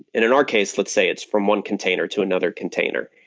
in in our case, let's say it's from one container to another container,